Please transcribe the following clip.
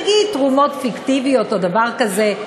נגיד תרומות פיקטיביות או דבר כזה,